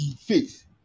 faith